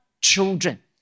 children